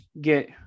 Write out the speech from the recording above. get